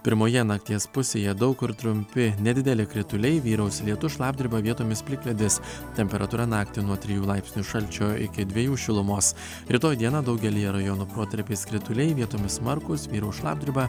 pirmoje nakties pusėje daug kur trumpi nedideli krituliai vyraus lietus šlapdriba vietomis plikledis temperatūra naktį nuo trijų laipsnių šalčio iki dviejų šilumos rytoj dieną daugelyje rajonų protarpiais krituliai vietomis smarkūs vyraus šlapdriba